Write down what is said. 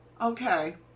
okay